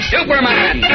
Superman